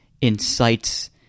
incites